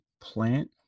plant